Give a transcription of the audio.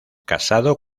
casado